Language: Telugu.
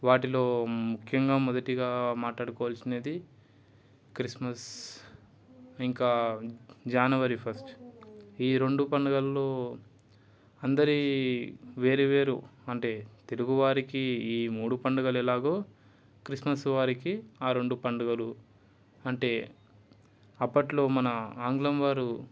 వాటిలో ముఖ్యంగా మొదటిగా మాట్లాడుకోవాల్సినది క్రిస్మస్ ఇంకా జనవరి ఫస్ట్ ఈ రెండు పండుగలు అందరి వేరు వేరు అంటే తెలుగువారికి ఈ మూడు పండుగలు ఎలాగో క్రిస్మస్ వారికి ఆ రెండు పండుగలు అంటే అప్పట్లో మన ఆంగ్లం వారు